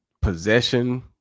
possession